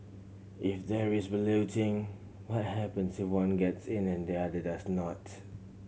if there is balloting what happens if one gets in and the other does not